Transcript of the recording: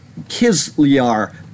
Kizlyar